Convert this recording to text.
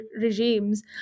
regimes